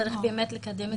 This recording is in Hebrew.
צריך לקדם את העניין הזה.